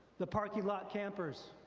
the parking lot campers,